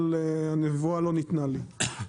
אבל הנבואה לא ניתנה לי.